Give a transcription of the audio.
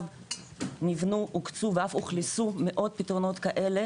נבנו הוקצו ואף אוכלסו מאות פתרונות כאלה,